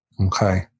Okay